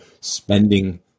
spending